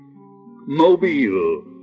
Mobile